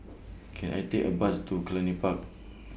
Can I Take A Bus to Cluny Park